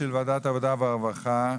העבודה והרווחה.